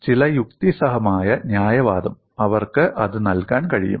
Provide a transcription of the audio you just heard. ചില യുക്തിസഹമായ ന്യായവാദം അവർക്ക് അത് നൽകാൻ കഴിയും